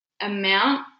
amount